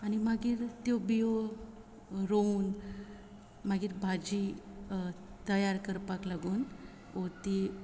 आनी मागीर त्यो बियो रोवन मागीर भाजी तयार करपाक लागून व ती